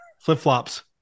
Flip-flops